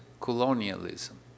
colonialism